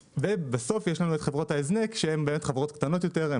ובסוף יש לנו את חברות ההזנק שהן חברות קטנות יותר,